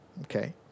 Okay